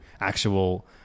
actual